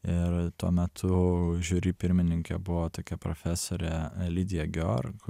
ir tuo metu žiuri pirmininkė buvo tokia profesorė lidija georg